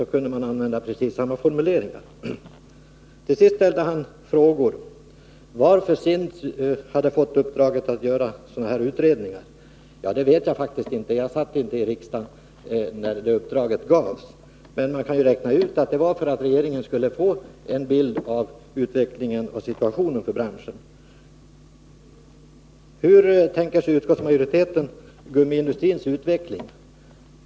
Där kunde man använda precis samma formulering. Till sist ställde Per Olof Håkansson frågor om varför SIND hade fått uppdraget att göra sådana här utredningar. Det vet jag faktiskt inte — jag satt inte medi riksdagen när det uppdraget gavs — men man kan ju räkna ut att det var därför att regeringen skulle få en bild av situationen och den framtida utvecklingen i branschen. Hur tänker sig då utskottsmajoriteten gummiindustrins utveckling?